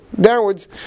downwards